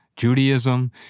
Judaism